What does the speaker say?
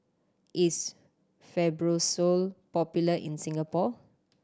is Fibrosol popular in Singapore